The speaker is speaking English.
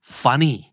funny